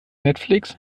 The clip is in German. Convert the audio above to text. netflix